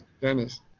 dennis